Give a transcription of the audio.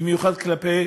במיוחד כלפי